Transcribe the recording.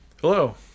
Hello